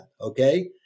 okay